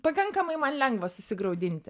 pakankamai man lengva susigraudinti